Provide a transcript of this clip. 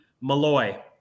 Malloy